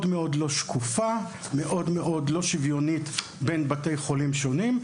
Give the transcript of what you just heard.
מאוד לא שקופה ומאוד מאוד לא שוויונית בין בתי חולים שונים.